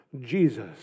Jesus